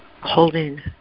holding